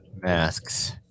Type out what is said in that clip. masks